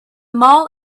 mall